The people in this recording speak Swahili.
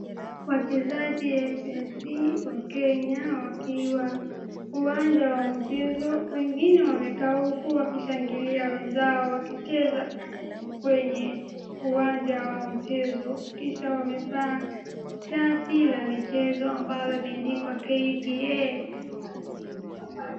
Wachezaji wa KFC ya Kenya wakiwa uwanja wa mchezo, wengine wamekaa huku wakishangilia wenzao wakicheza kwenye uwanja wa mchezo, kisha wamevaa shati la michezo ambalo imeandikwa KPA.